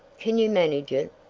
can you manage it?